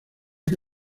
que